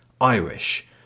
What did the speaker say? Irish